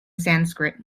sanskrit